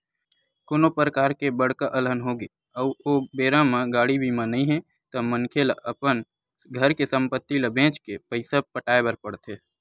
कोनो परकार ले बड़का अलहन होगे अउ ओ बेरा म गाड़ी बीमा नइ हे ता मनखे ल अपन घर के संपत्ति ल बेंच के पइसा पटाय बर पड़थे